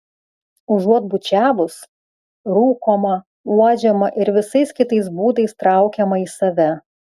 užuot bučiavus rūkoma uodžiama ir visais kitais būdais traukiama į save